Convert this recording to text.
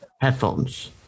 headphones